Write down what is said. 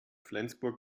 flensburg